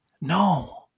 No